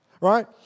right